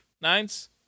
nines